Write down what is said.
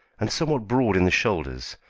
and somewhat broad in the shoulders,